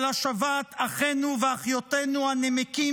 של השבת אחינו ואחיותינו הנמקים